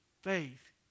Faith